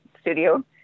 studio